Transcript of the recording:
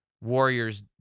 warrior's